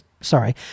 sorry